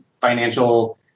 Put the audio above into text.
financial